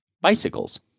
bicycles